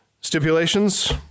stipulations